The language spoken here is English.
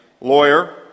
lawyer